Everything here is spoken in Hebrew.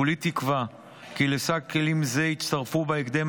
כולי תקווה כי לסל כלים זה יצטרפו בהקדם